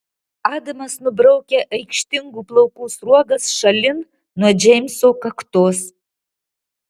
adamas nubraukia aikštingų plaukų sruogas šalin nuo džeimso kaktos